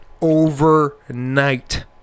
Overnight